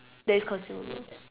that is consumable